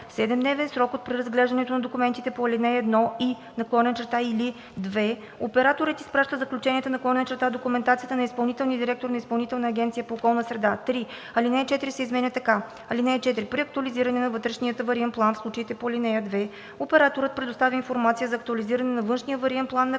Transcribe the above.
7-дневен срок от преразглеждането на документите по ал. 1 и/или 2 операторът изпраща заключенията/документацията на изпълнителния директор на Изпълнителната агенция по околна среда.“ 3. Алинея 4 се изменя така: „(4) При актуализиране на вътрешния авариен план в случаите по ал. 2 операторът предоставя информация за актуализиране на външния авариен план на